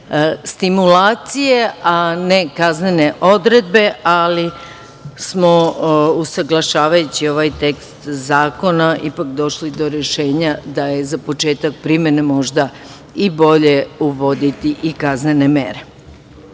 stimulacije, a ne kaznene odredbe, ali smo usaglašavajući ovaj tekst zakona ipak došli do rešenja da je za početak primene možda i bolje uvoditi i kaznene